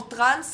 או טראנס